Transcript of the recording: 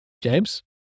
James